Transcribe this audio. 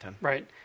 Right